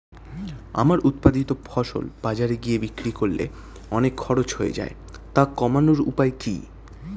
আমার উৎপাদিত ফসল বাজারে গিয়ে বিক্রি করলে অনেক খরচ হয়ে যায় তা কমানোর উপায় কি?